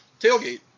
tailgate